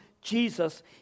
Jesus